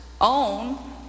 own